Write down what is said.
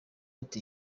ati